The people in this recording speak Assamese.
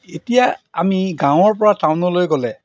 এতিয়া আমি গাঁৱৰপৰা টাউনলৈ গ'লে